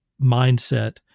mindset